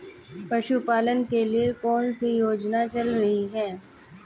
पशुपालन के लिए कौन सी योजना चल रही है?